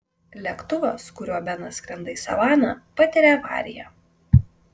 lėktuvas kuriuo benas skrenda į savaną patiria avariją